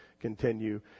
continue